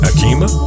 Akima